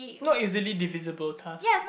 not easily divisible task